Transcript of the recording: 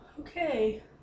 Okay